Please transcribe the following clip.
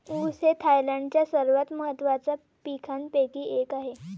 ऊस हे थायलंडच्या सर्वात महत्त्वाच्या पिकांपैकी एक आहे